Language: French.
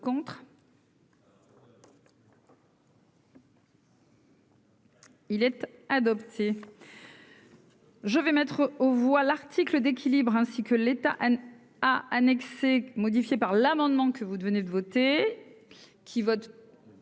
Il être adopté. Je vais mettre aux voix l'article d'équilibre, ainsi que l'État a annexé modifié par l'amendement que vous devenez de voter qui votent.